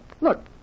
Look